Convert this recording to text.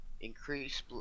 increase-